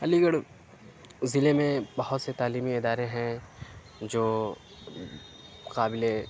علی گڑھ ضلعے میں بہت سے تعلیمی ادارے ہیں جو قابل